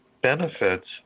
benefits